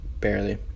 Barely